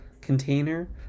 container